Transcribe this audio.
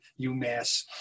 UMass